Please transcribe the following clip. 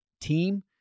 team